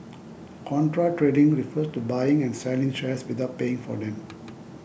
contra trading refers to buying and selling shares without paying for them